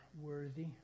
worthy